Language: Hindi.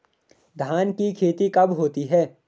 धान की खेती कब होती है?